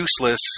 useless